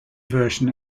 version